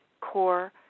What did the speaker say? core